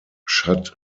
schad